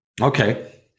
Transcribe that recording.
Okay